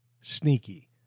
sneaky